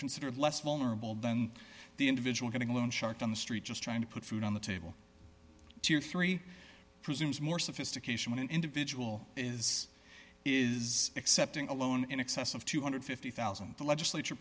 considered less vulnerable than the individual getting a loan shark on the street just trying to put food on the table two or three presumes more sophistication when an individual is is accepting a loan in excess of two hundred and fifty thousand the legislature